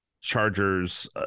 Chargers